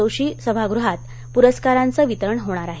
जोशी सभागृहात पुरस्कारांचं वितरण होणार आहे